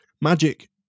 Magic